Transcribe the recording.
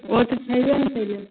ओ तऽ छैहे ने तैयो